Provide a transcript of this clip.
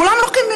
כולם לוקחים.